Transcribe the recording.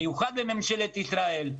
במיוחד ממשלת ישראל,